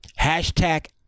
hashtag